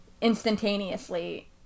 instantaneously